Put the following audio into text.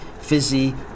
fizzy